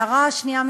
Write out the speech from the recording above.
וההערה והשנייה,